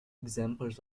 examples